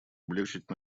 облегчить